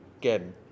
game